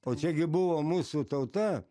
o čia gi buvo mūsų tauta